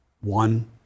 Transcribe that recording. One